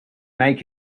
make